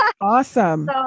Awesome